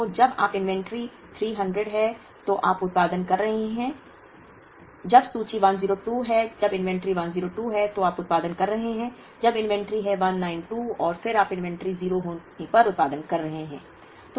तो जब आप इन्वेंट्री 300 है तो आप उत्पादन कर रहे हैं जब सूची 102 है तो आप उत्पादन कर रहे हैं जब इन्वेंट्री है 192 और फिर आप इन्वेंट्री 0 होने पर उत्पादन कर रहे हैं